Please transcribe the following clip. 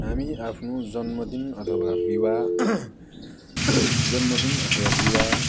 हामी आफ्नो जन्मदिन अथवा विवाह जन्मदिन अथवा विवाह